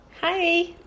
Hi